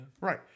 Right